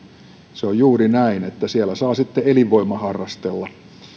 se on juuri näin että siellä saa sitten elinvoimaharrastella